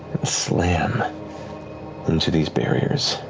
slam into these barriers.